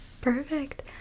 Perfect